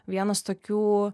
vienas tokių